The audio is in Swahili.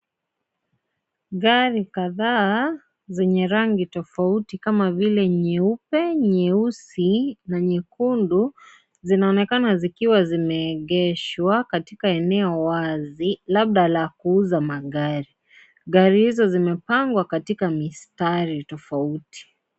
Gari kadhaa zenye rangi tofauti kama vile, nyeupe, nyeusi na nyekundu zinaonekana zikiwa zimeegeshwa katika eneo la wazi, labda la kuuza magari. Gari hizo zimepangwa katika mistari tofauti.